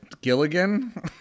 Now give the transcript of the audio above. Gilligan